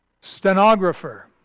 Stenographer